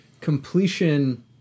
completion